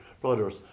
brothers